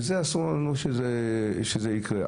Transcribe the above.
אסור שדבר כזה יקרה.